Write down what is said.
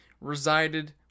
resided